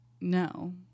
No